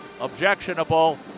objectionable